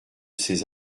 ces